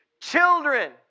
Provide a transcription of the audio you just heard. Children